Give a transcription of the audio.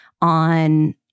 on